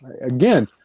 Again